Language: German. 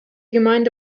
gemeinde